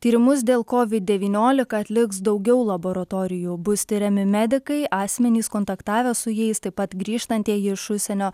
tyrimus dėl kovid devyniolika atliks daugiau laboratorijų bus tiriami medikai asmenys kontaktavę su jais taip pat grįžtantieji iš užsienio